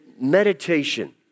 meditation